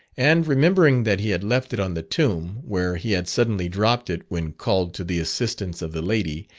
and, remembering that he had left it on the tomb, where he had suddenly dropped it when called to the assistance of the lady,